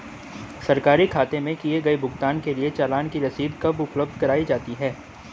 सरकारी खाते में किए गए भुगतान के लिए चालान की रसीद कब उपलब्ध कराईं जाती हैं?